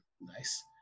Nice